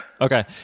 Okay